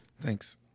Thanks